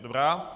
Dobrá.